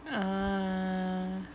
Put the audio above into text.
uh